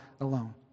alone